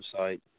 website